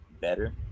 better